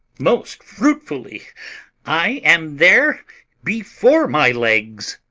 most fruitfully i am there before my legs.